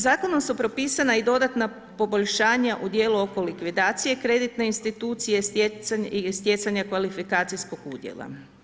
Zakonom su propisana i dodatna poboljšanja u dijelu oko likvidacije kreditne institucije i stjecanja kvalifikacijskog udjela.